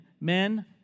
men